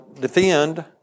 defend